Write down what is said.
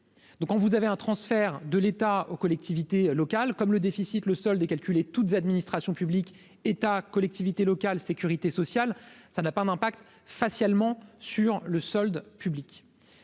donc on vous avez un transfert de l'État aux collectivités locales, comme le déficit, le solde est calculé toutes administrations publiques, État, collectivités locales, Sécurité sociale, ça n'a pas d'impact facialement sur le solde public